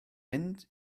mynd